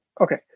okay